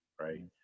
right